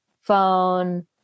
phone